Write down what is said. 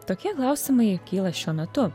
tokie klausimai kyla šiuo metu